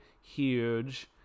huge